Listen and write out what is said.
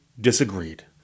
disagreed